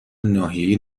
ناحیه